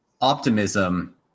optimism